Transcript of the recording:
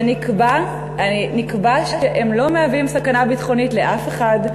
ונקבע שהם לא מהווים סכנה ביטחונית לאף אחד,